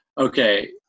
okay